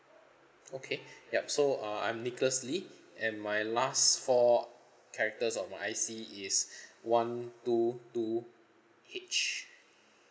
okay yup so uh I'm nicholas lee and my last four characters of my I_C is one two two H